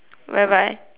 whereby